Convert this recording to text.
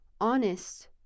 honest